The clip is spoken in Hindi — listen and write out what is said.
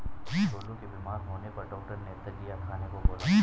गोलू के बीमार होने पर डॉक्टर ने दलिया खाने का बोला